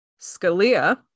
Scalia